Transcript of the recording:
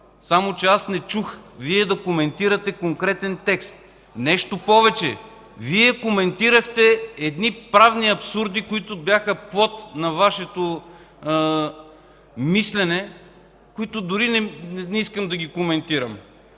само че аз не чух Вие да коментирате конкретен текст. Нещо повече, Вие коментирахте едни правни абсурди, които бяха плод на Вашето мислене, които дори и не искам да коментирам.